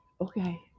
Okay